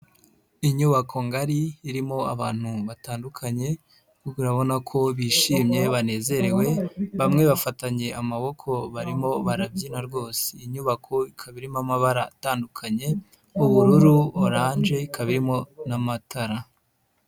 Inyubako ngari irimo abantu batandukanyebona ko bishimye banezerewe, bamwe bafatanye amaboko barimo barabyina rwose, iyi nyubako ikaba irimo amabara atandukanye ubururu, oranje, ikaba irimo n'amatara.